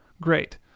great